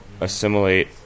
assimilate